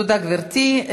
תודה, גברתי.